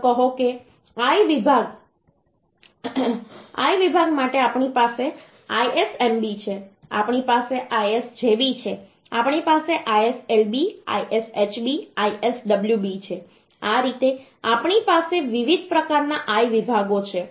તો કહો કે I વિભાગ માટે આપણી પાસે ISMB છે આપણી પાસે ISJB છે આપણી પાસે ISLB ISHB ISWB છે આ રીતે આપણી પાસે વિવિધ પ્રકારના I વિભાગો છે